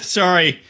sorry